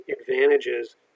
advantages